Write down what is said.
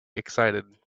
excited